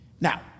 Now